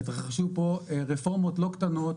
התרחשו פה רפורמות לא קטנות,